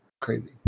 Crazy